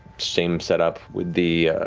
same setup with the